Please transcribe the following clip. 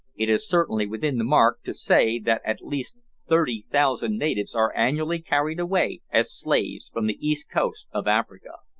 it is certainly within the mark to say that at least thirty thousand natives are annually carried away as slaves from the east coast of africa.